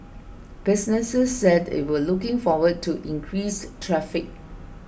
businesses said it were looking forward to increased traffic